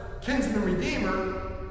kinsman-redeemer